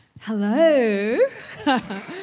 Hello